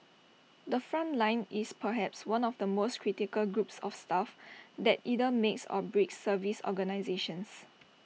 the front line is perhaps one of the most critical groups of staff that either makes or breaks service organisations